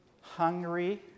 hungry